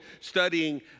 studying